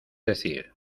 decir